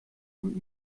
und